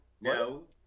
No